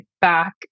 back